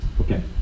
Okay